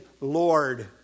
Lord